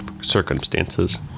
circumstances